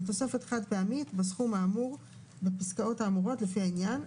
לתוספת חד פעמית בסכום האמור בפסקאות האמורות לפי העניין,